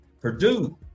Purdue